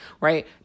right